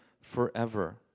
forever